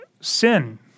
sin